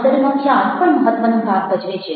અંતરનો ખ્યાલ પણ મહત્ત્વનો ભાગ ભજવે છે